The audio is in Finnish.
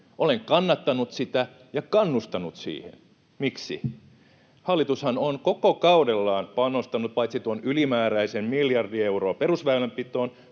Olen kannattanut sitä ja kannustanut siihen. Miksi? Hallitushan on koko kaudellaan panostanut paitsi tuon ylimääräisen miljardi euroa perusväylänpitoon